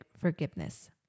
forgiveness